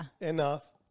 enough